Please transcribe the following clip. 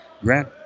Grant